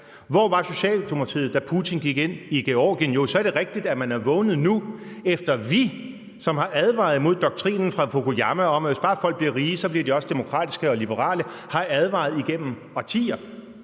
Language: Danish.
Hvor var Socialdemokratiet, da Putin gik ind i Georgien? Jo, så er det rigtigt, at man er vågnet nu, efter at vi igennem årtier har advaret mod doktrinen fra Francis Fukuyama om, at hvis bare folk bliver rige, så bliver de også demokratiske og liberale. Hvem har ansvaret for, at